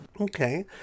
Okay